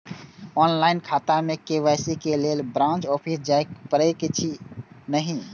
Online खाता में KYC के लेल ब्रांच ऑफिस जाय परेछै कि नहिं?